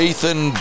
Ethan